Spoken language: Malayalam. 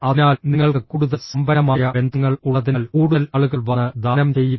അതിനാൽ നിങ്ങൾക്ക് കൂടുതൽ സമ്പന്നമായ ബന്ധങ്ങൾ ഉള്ളതിനാൽ കൂടുതൽ ആളുകൾ വന്ന് ദാനം ചെയ്യും